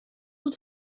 will